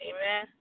Amen